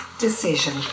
decision